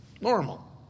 normal